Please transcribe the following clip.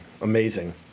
amazing